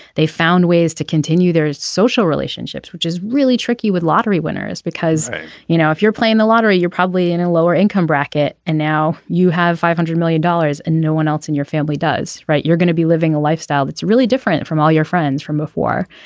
they found ways to continue their social relationships which is really tricky with lottery winners because you know if you're playing the lottery you're probably in a lower income bracket. and now you have five hundred million dollars and no one else in your family does right. you're gonna be living a lifestyle that's really different from all your friends from before.